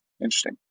interesting